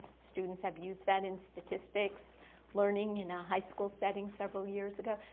students have used that in statistics learning in a high school setting several years ago.